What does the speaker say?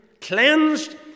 cleansed